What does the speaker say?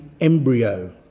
embryo